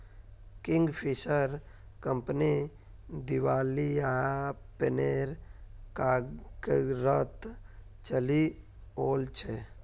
Kingfisher company दिवालियापनेर कगारत चली ओल छै